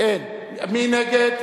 האיחוד הלאומי לסעיף 1 לא נתקבלה.